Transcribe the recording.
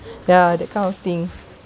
ya that kind of thing